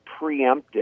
preemptive